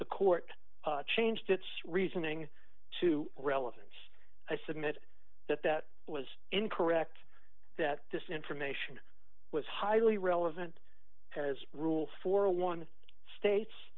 the court changed its reasoning to relevance i submit that that was incorrect that this information was highly relevant as a rule for one state